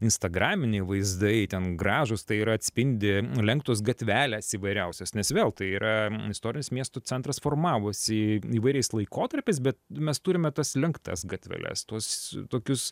instagraminiai vaizdai ten gražūs tai yra atspindi lenktos gatvelės įvairiausios nes vėl tai yra istorinis miesto centras formavosi įvairiais laikotarpiais bet mes turime tas lenktas gatveles tuos tokius